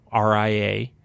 RIA